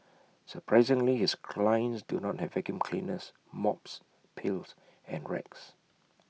surprisingly his clients do not have vacuum cleaners mops pails and rags